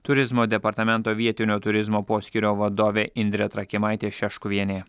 turizmo departamento vietinio turizmo poskyrio vadovė indrė trakimaitė šeškuvienė